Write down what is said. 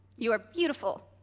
you are beautiful,